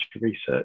research